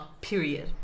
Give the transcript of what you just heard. period